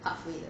pathway 的